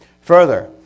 Further